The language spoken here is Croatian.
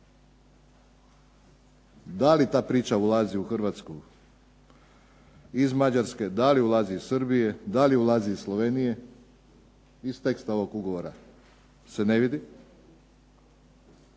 da li ta priča ulazi u Hrvatsku iz Mađarske, da li ulazi iz Srbije, da li ulazi iz Slovenije. Iz teksta ovog ugovora se ne vidi.